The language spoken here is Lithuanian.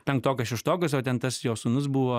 penktokas šeštokas o ten tas jo sūnus buvo